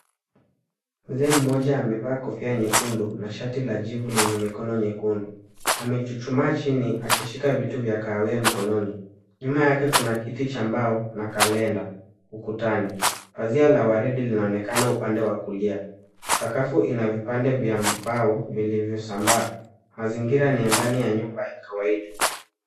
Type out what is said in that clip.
Mzee mmoja amevaa kofia nyekundu na shati la jivu lenye mikono nyekundu. Amechuchumaa chini akishika vitu vya kahawia mkononi. Nyuma yake kuna kiti cha mbao na calendar ukutani. Pazia la waridi linaonekana upande wa kulia. Sakafu ina vipande vya mbao vilivyosambaa. Mazingira ni ya ndani ya nyumba ya kawaida